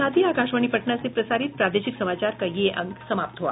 इसके साथ ही आकाशवाणी पटना से प्रसारित प्रादेशिक समाचार का ये अंक समाप्त हुआ